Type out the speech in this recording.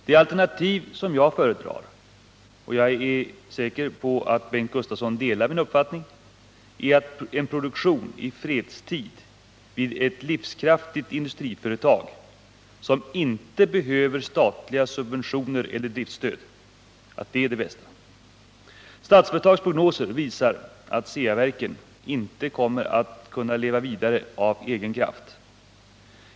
Det alternativ som jag föredrar — och jag är säker på att Bengt Gustavsson delar min uppfattning — är en produktion i fredstid vid ett livskraftigt industriföretag som inte behöver statliga subventioner eller driftstöd. Statsföretags prognoser visar att Ceaverken inte kommer att kunna leva vidare av egen kraft.